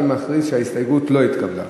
ואני מכריז שההסתייגות לא התקבלה.